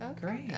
great